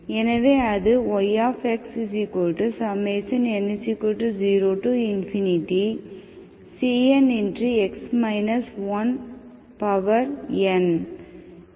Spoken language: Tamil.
எனவே அது yxn 0cnn